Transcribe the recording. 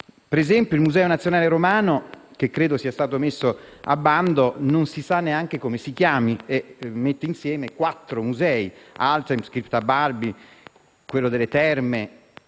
Per esempio, il Museo nazionale romano, che credo sia stato messo a bando, non si sa neanche come si chiami e mette insieme quattro musei: Palazzo Altemps, la Crypta Balbi, le Terme